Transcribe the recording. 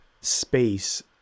space